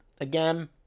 Again